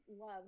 love